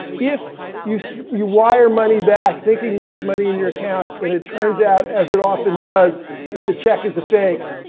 if you you wire money back thinking there's money in your account, and it turns out as it often does that the check is a fake,